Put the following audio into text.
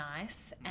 nice